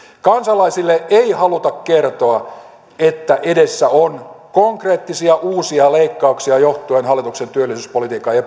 kansalaisille ei haluta kertoa että edessä on konkreettisia uusia leikkauksia johtuen hallituksen työllisyyspolitiikan